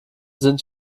sind